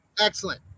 excellent